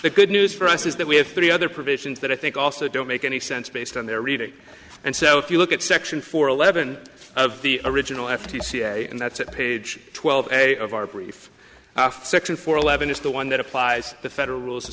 the good news for us is that we have three other provisions that i think also don't make any sense based on their reading and so if you look at section four eleven of the original f t c and that's page twelve a of our brief section four eleven is the one that applies the federal